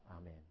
Amen